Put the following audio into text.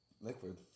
Liquid